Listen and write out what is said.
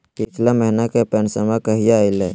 पिछला महीना के पेंसनमा कहिया आइले?